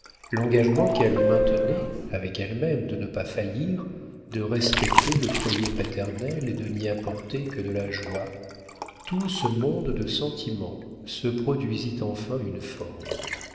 l'engagement qu'elle maintenait avec elle-même de ne pas faillir de respecter le foyer paternel et de n'y apporter que de la joie tout ce monde de sentiments se produisit enfin sous une forme